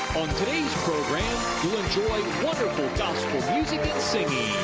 today's program you'll enjoy wonderful gospel music and singing!